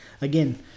Again